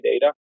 data